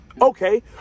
Okay